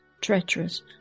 treacherous